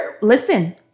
Listen